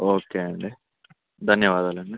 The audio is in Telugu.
ఓకే అండి ధన్యవాదాలు అండి